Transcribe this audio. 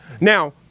Now